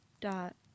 dot